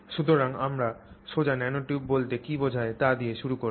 সুতরাং আমরা সোজা ন্যানোটিউব বলতে কি বোঝায় তা দিয়ে শুরু করব